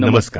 नमस्कार